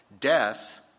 Death